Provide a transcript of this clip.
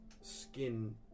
skin